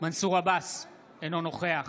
מנסור עבאס, אינו נוכח